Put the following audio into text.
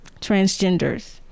transgenders